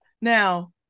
now